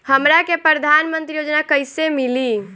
हमरा के प्रधानमंत्री योजना कईसे मिली?